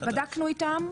ועדה.